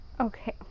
Okay